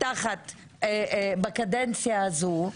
בקדנציה הזאת,